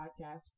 podcast